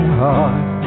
heart